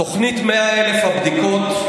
"תוכנית 100,000 הבדיקות,